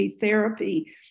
therapy